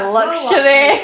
luxury